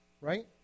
right